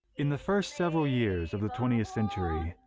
in the first several years of the twentieth century,